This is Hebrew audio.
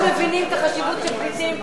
כולנו מבינים את החשיבות של פליטים,